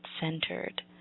centered